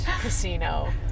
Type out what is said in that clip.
casino